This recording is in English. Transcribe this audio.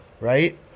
right